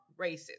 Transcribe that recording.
racist